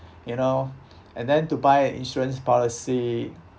you know and then to buy an insurance policy